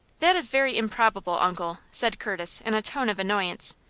that is very improbable, uncle, said curtis, in a tone of annoyance.